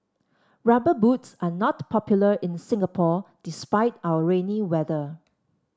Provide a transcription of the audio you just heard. rubber boots are not popular in Singapore despite our rainy weather